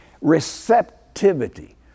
Receptivity